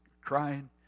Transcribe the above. crying